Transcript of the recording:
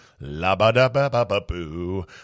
la-ba-da-ba-ba-ba-boo